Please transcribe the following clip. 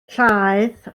llaeth